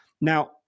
Now